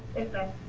and